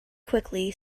quickly